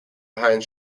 behind